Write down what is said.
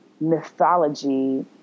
mythology